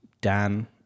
Dan